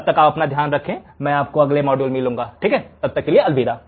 तब तक आप अपना ध्यान रखें मैं आपको अगले मॉड्यूल में मिलूंगा अलविदा